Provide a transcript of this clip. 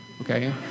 okay